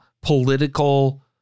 political